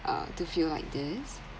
uh to feel like this